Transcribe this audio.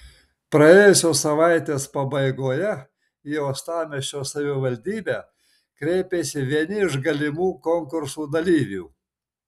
praėjusios savaitės pabaigoje į uostamiesčio savivaldybę kreipėsi vieni iš galimų konkursų dalyvių